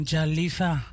Jalifa